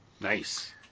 Nice